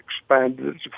expanded